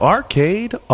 Arcade